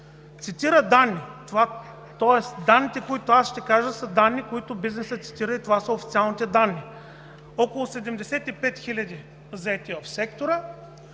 тоест данните, които аз ще кажа, са данни, които бизнесът цитира, и това са официалните данни: около 75 хиляди заети в сектора,